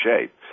shape